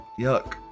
Yuck